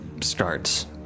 starts